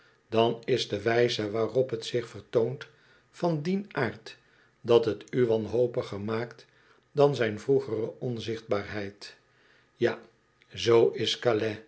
dan is de wijze waarop het zich vertoont van dien aard dat het u wanhopiger maakt dan zijn vroegere onzichtbaarheid ja zoo is